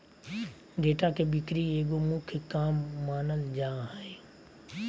data के बिक्री एगो मुख्य काम मानल जा हइ